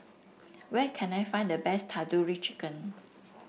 where can I find the best Tandoori Chicken